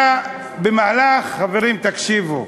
היה במהלך, חברים, תקשיבו.